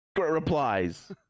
replies